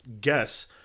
guess